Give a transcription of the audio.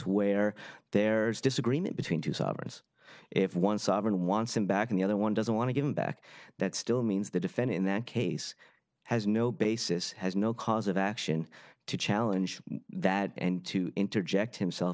where there's disagreement between two sovereigns if one sovereign wants him back in the other one doesn't want to give him back that still means the defend in that case has no basis has no cause of action to challenge that and to interject himself